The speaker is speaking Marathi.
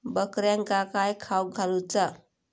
बकऱ्यांका काय खावक घालूचा?